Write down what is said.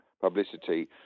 publicity